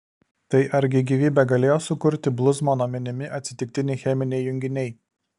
tai argi gyvybę galėjo sukurti bluzmano minimi atsitiktiniai cheminiai junginiai